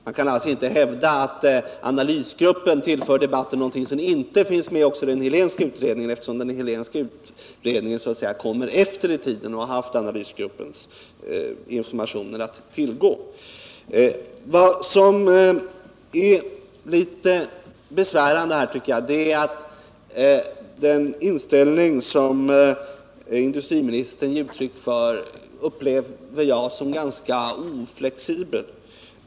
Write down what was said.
Man kan alltså inte hävda att analysgruppen tillfört debatten något som inte finns med i den Helénska utredningen eftersom denna så att säga kom efter i tiden och haft analysgruppens informationer att tillgå. Vad som är en aning besvärande här, anser jag, är den inställning som industriministern ger uttryck för och som jag upplever som föga flexibel.